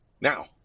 Now